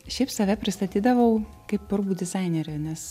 šiaip save pristatydavau kaip rūbų dizainerė nes